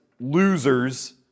Losers